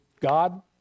God